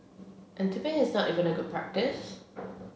and tipping is not even a good practice